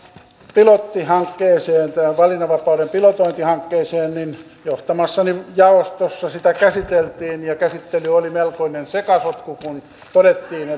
pilottihankkeeseen tähän valinnanvapauden pilotointihankkeeseen niin johtamassani jaostossa sitä käsiteltiin ja käsittely oli melkoinen sekasotku kun todettiin